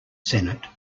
senate